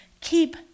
keep